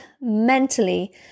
mentally